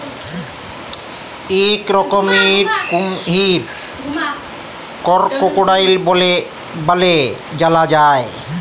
ইক রকমের কুমহির করকোডাইল ব্যলে জালা যায়